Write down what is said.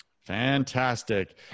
Fantastic